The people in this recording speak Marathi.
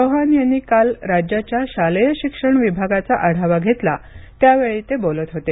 चौहान यांनी काल राज्याच्या शालेय शिक्षण विभागाचा आढावा घेतला त्यावेळी ते बोलत होते